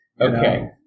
Okay